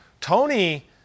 Tony